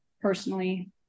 personally